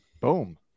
boom